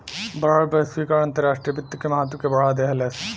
बढ़ल वैश्वीकरण अंतर्राष्ट्रीय वित्त के महत्व के बढ़ा देहलेस